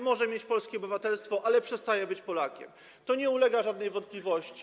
Może mieć polskie obywatelstwo, ale przestaje być Polakiem, to nie ulega żadnej wątpliwości.